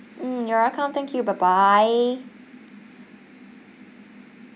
mm you're welcome thank you bye bye